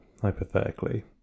hypothetically